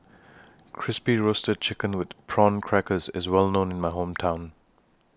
Crispy Roasted Chicken with Prawn Crackers IS Well known in My Hometown